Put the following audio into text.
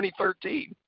2013